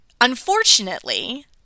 Unfortunately